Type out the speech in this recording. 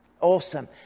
awesome